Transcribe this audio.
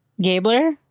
Gabler